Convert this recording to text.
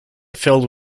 filled